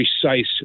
precise